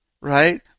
right